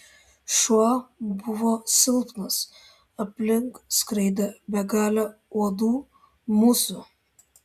šuo buvo silpnas aplink skraidė begalė uodų musių